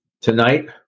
Tonight